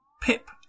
Pip